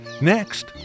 Next